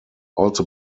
also